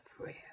prayer